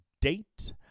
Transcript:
date